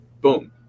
Boom